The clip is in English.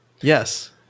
Yes